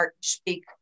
speak